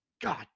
God